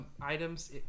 items